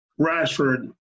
Rashford